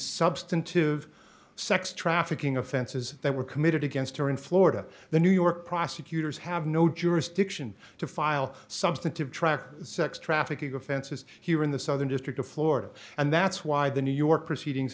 substantive sex trafficking offenses that were committed against her in florida the new york prosecutors have no jurisdiction to file substantive track sex trafficking offenses here in the southern district of florida and that's why the new york proceedings